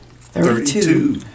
Thirty-two